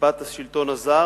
במשפט השלטון הזר